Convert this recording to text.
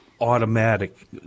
automatic